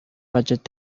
budget